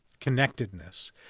connectedness